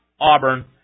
Auburn